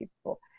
people